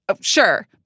Sure